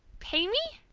pay me?